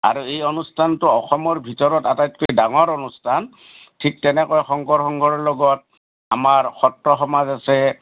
আৰু এই অনুষ্ঠানটো অসমৰ ভিতৰত আটাইতকৈ ডাঙৰ অনুষ্ঠান ঠিক তেনেকৈ শংকৰ সংঘৰ লগত আমাৰ সত্ৰ সমাজ আছে